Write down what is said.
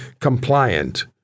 compliant